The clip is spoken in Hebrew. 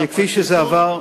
כפי שזה עבר,